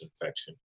infection